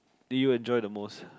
did you enjoy the most